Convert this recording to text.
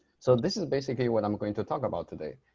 so this is basically what i'm going to talk about today.